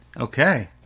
Okay